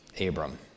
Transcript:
Abram